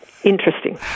Interesting